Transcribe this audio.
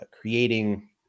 creating